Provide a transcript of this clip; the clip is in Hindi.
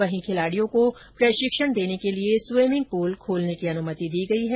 वहीं खिलाड़ियों को प्रशिक्षण देने के लिए स्वीमिंग पूल खोलने की अनुमति दी गई है